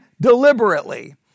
deliberately